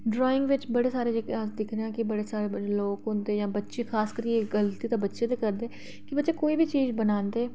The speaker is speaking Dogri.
कि ड्राइंग बिच अस दिक्खने आं कि बड़े सारे लोक होंदे जां बच्चे खास करियै गलती ते बच्चे गै करदे कि बच्चे कोई बी चीज बनांदे